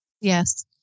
Yes